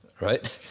right